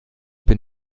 bin